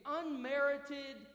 unmerited